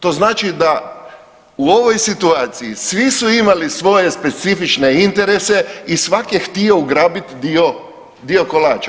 To znači da u ovoj situaciji svi su imali svoje specifične interese i svak je htio ugrabit dio, dio kolača.